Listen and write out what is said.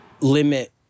limit